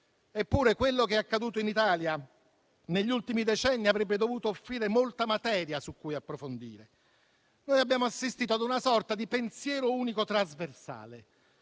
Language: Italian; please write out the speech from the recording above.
Eppure quello che è accaduto in Italia negli ultimi decenni avrebbe dovuto offrire molta materia da approfondire. Abbiamo assistito a una sorta di pensiero unico trasversale: